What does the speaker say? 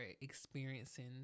experiencing